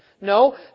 No